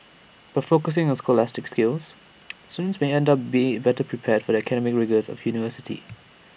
by focusing on scholastic skills students may end up be better prepared for the academic rigours of university